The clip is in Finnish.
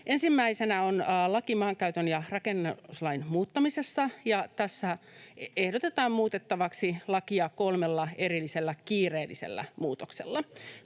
Ensimmäisenä on laki maankäyttö- ja rakennuslain muuttamisesta, ja tässä ehdotetaan muutettavaksi lakia kolmella erillisellä kiireellisellä muutoksella.